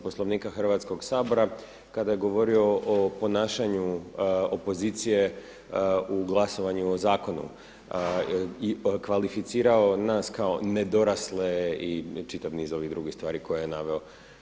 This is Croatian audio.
Poslovnika Hrvatskoga sabora kada je govorio o ponašanju opozicije u glasovanju o zakonu i okvalificirao nas kao nedorasle i čitav niz ovih drugih stvari koje je naveo.